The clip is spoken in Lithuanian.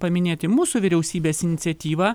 paminėti mūsų vyriausybės iniciatyvą